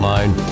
Line